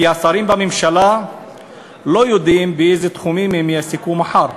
כי השרים בממשלה לא יודעים באיזה תחומים הם יעסקו מחר,